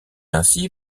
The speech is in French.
ainsi